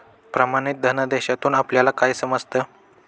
प्रमाणित धनादेशातून आपल्याला काय समजतं?